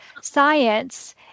science